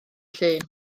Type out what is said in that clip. llun